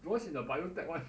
that one's in the biotech one